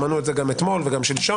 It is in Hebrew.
שמענו את זה גם אתמול וגם שלשום,